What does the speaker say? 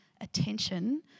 attention